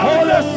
Holy